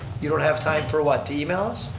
you don't have time for what, the emails?